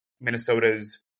Minnesota's